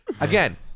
again